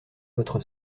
votre